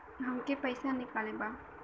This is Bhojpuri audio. हमके पैसा निकाले के बा